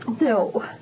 No